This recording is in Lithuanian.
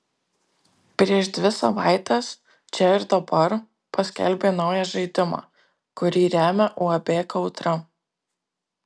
prieš dvi savaites čia ir dabar paskelbė naują žaidimą kurį remia uab kautra